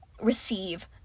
receive